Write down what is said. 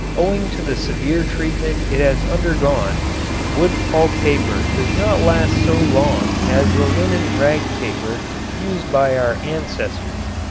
owing to the severe treatment it has undergone wood pulp paper does not last so long as the linen rag paper used by our ancestors.